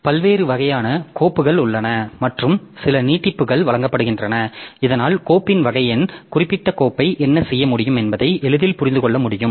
பல்வேறு வகையான கோப்புகள் உள்ளன மற்றும் சில நீட்டிப்புகள் வழங்கப்படுகின்றன இதனால் கோப்பின் வகை என்ன குறிப்பிட்ட கோப்பை என்ன செய்ய முடியும் என்பதை எளிதில் புரிந்துகொள்ள முடியும்